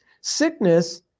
Sickness